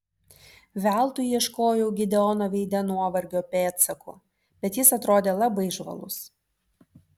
veltui ieškojau gideono veide nuovargio pėdsakų bet jis atrodė labai žvalus